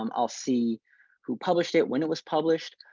um i'll see who published it, when it was published.